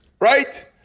right